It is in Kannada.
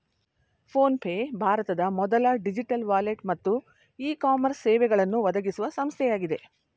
ಫೋನ್ ಪೇ ಭಾರತದ ಮೊದಲ ಡಿಜಿಟಲ್ ವಾಲೆಟ್ ಮತ್ತು ಇ ಕಾಮರ್ಸ್ ಸೇವೆಗಳನ್ನು ಒದಗಿಸುವ ಸಂಸ್ಥೆಯಾಗಿದೆ